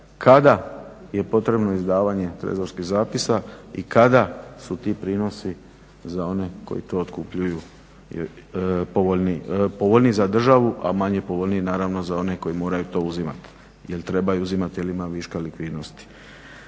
kada je potrebno izdavanje trezorskih zapisa i kada su ti prinosi za one koji to otkupljuju povoljniji, povoljniji za državu, a manje povoljniji naravno za one koji moraju to uzimati jer trebaju uzimati jer ima viška likvidnosti.